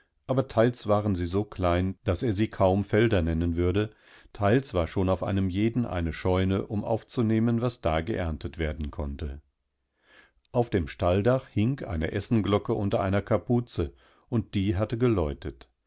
aber teils waren sie so klein daß er sie kaum felder nennen würde teils war schon auf einem jeden eine scheune um aufzunehmen was da geerntetwerdenkonnte auf dem stalldach hing die essenglocke unter einer kapuze und die hatte geläutet